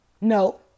No